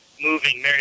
moving